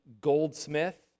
Goldsmith